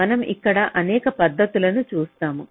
మనం ఇక్కడ అనేక పద్ధతులను చూస్తాము